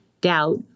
doubt